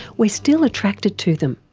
we're still attracted to them.